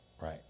right